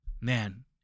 man